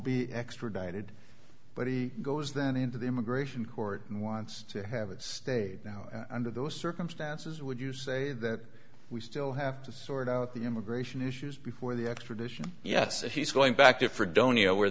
be extradited but he goes then into the immigration court and wants to have it state now under those circumstances would you say that we still have to sort out the immigration issues before the extradition yes if he's going back to